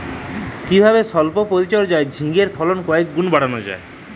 কিভাবে সল্প পরিচর্যায় ঝিঙ্গের ফলন কয়েক গুণ বাড়ানো যায়?